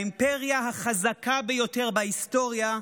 האימפריה החזקה ביותר בהיסטוריה,